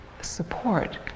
support